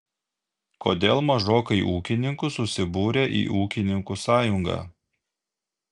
kodėl mažokai ūkininkų susibūrę į ūkininkų sąjungą